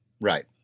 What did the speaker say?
Right